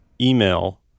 email